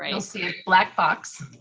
you'll see a black box.